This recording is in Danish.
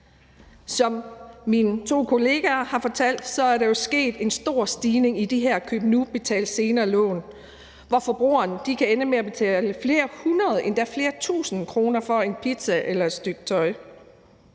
Som mine to kolleger har fortalt, er der sket en stor stigning i de her køb nu – betal senere-lån, hvor forbrugerne kan ende med at betale flere hundrede endda flere tusinde kroner for en pizza eller et stykke tøj.